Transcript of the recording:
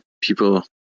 people